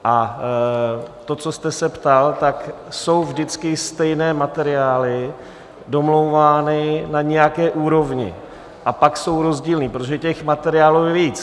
A to, co jste se ptal, tak jsou vždycky stejné materiály domlouvány na nějaké úrovni, a pak jsou rozdílné, protože těch materiálů je víc.